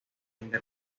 sobre